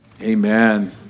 Amen